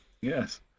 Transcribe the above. Yes